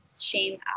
shame